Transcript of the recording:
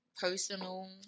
Personal